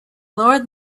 lord